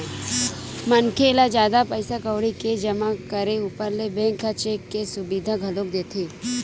मनखे ल जादा पइसा कउड़ी के जमा करे ऊपर ले बेंक ह चेक के सुबिधा घलोक देथे